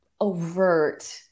overt